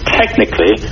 technically